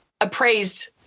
appraised